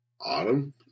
autumn